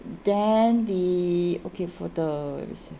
then the okay for the